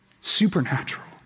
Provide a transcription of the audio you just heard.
Supernatural